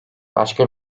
başka